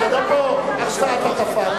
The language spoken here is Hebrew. זה לא הצעת הטפה פה.